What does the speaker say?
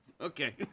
okay